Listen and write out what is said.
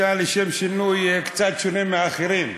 אתה לשם שינוי קצת שונה מאחרים,